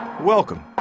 Welcome